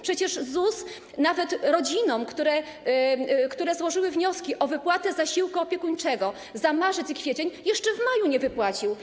Przecież ZUS nawet rodzinom, które złożyły wnioski o wypłatę zasiłku opiekuńczego za marzec i kwiecień, jeszcze w maju ich nie wypłacił.